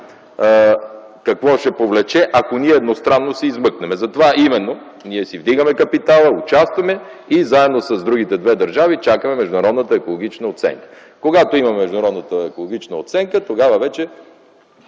какво ще повлече, ако ние едностранно се измъкнем. Затова именно си вдигаме капитала, участваме и заедно с другите две държави, чакаме международната екологична оценка. Когато имаме международната екологична оценка, аз съм